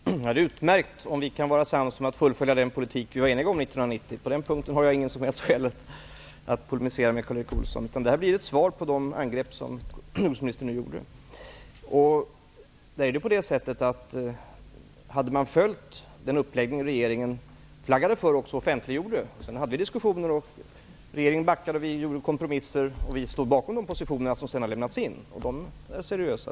Herr talman! Det är utmärkt om vi kan vara sams om att fullfölja den politik vi var eniga om 1990. På den punkten har jag inget som helst skäl att polemisera med Karl Erik Olsson. Detta blir ett svar på de angrepp som jordbruksministern nu gjorde. Vi hade diskussioner. Regeringen backade, och vi gjorde kompromisser. Vi stod bakom de positioner som sedan har lämnats in. De är naturligtvis seriösa.